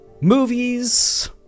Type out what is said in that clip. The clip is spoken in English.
Movies